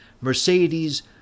Mercedes